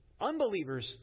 Unbelievers